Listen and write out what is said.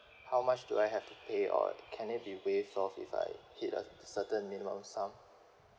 how much do I have to pay or can it be waived off if I hit a certain minimum sum